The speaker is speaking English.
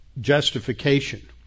justification